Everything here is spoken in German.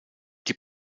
die